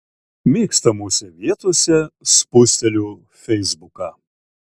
mėgstamose vietose spusteliu feisbuką